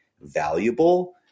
valuable